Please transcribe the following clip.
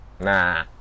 Nah